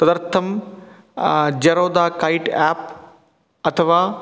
तदर्थं Zerodha Kite app अथवा